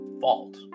fault